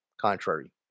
contrary